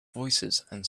voicesand